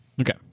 Okay